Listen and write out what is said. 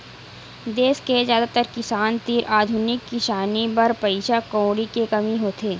देस के जादातर किसान तीर आधुनिक किसानी बर पइसा कउड़ी के कमी होथे